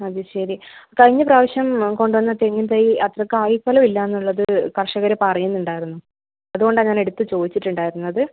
അത് ശരി കഴിഞ്ഞ പ്രാവശ്യം കൊണ്ടുവന്ന തെങ്ങുംതൈ അത്ര കായ് ഫലം ഇല്ല എന്നുള്ളത് കർഷകര് പറയുന്നുണ്ടായിരുന്നു അതുകൊണ്ടാണ് ഞാൻ എടുത്ത് ചോദിച്ചിട്ടുണ്ടായിരുന്നത്